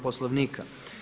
Poslovnika.